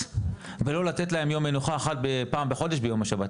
ולא לתת להם יום מנוחה אחד פעם בחודש ביום השבת.